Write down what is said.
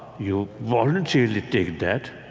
you voluntarily take that,